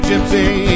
Gypsy